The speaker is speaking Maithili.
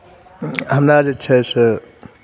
हमरा जे छै से